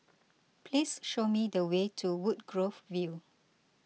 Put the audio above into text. please show me the way to Woodgrove View